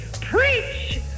preach